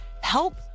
help